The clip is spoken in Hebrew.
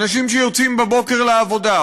אנשים שיוצאים בבוקר לעבודה,